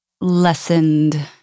lessened